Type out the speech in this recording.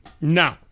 No